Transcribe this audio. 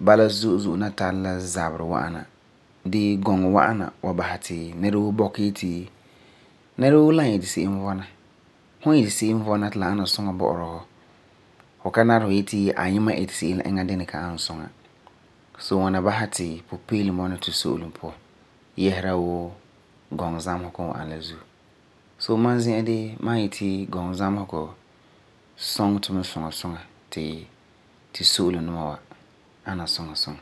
Bala zo'e zo'e mi tara la zaberɛ wa'ana dee gɔŋɔ wa'ana wa basɛ ti nɛra woo bɔkɛ yeti, nɛra woo la iŋɛ n it I seem vɔna. So, ŋwana basɛ ti pupeelum bɔna tu so'olum puan yɛsera wuu gɔŋɔ zamesegɔ n wa'am la zuo. So, ma zi'an dee ma wa yeti gɔŋɔ zamesegɔ suŋɛ tu mi suŋa suŋa ti so'olum duma wa na suŋa suŋa.